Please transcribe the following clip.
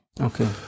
Okay